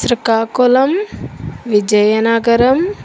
Srikakulam Vizianagaram